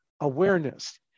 awareness